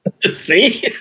See